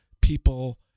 people